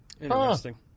Interesting